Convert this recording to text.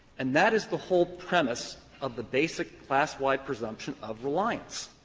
and that is the whole premise of the basic class-wide presumption of reliance.